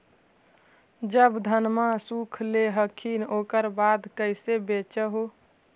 जब धनमा सुख ले हखिन उकर बाद कैसे बेच हो?